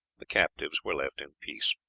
the captives were left in peace.